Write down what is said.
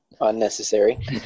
Unnecessary